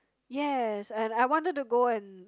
yes and I wanted to go and